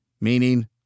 meaning